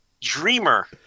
Dreamer